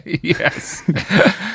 Yes